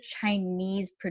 chinese